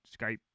Skype